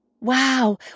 Wow